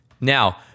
Now